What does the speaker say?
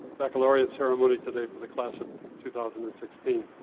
baccalaureate ceremony today for the class of two thousand and sixteen.